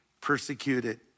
persecuted